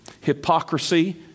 Hypocrisy